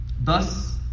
Thus